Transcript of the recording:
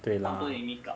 对啦